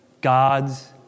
God's